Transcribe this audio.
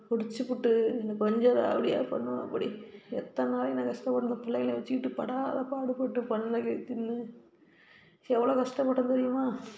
குடிச்சுப்புட்டு என்ன கொஞ்சம் ராவுடியா பண்ணுவாப்பிடி எத்தனை நாளைக்கு நான் கஷ்டப்படுறது பிள்ளைங்கள வச்சுக்கிட்டு படாத பாடுபட்டு பண்ணகே தின்னு எவ்வளோ கஷ்டப்பட்டேன் தெரியுமா